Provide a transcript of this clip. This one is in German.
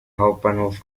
hauptbahnhof